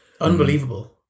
Unbelievable